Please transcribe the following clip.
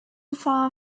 far